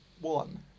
One